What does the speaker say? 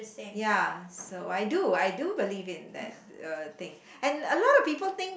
ya so I do I do believe in that uh thing and a lot of people think